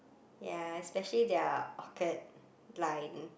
ya especially their orchid line